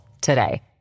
today